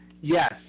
yes